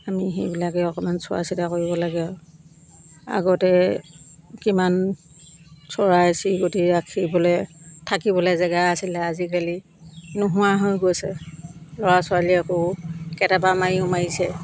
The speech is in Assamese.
আমি সেইবিলাকে অকণমান চোৱা চিতা কৰিব লাগে আৰু আগতে কিমান চৰাই চিৰিকটি ৰাখিবলৈ থাকিবলৈ জেগা আছিলে আজিকালি নোহোৱা হৈ গৈছে ল'ৰা ছোৱালী আকৌ কেটাবা মাৰিও মাৰিছে